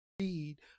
read